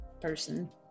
person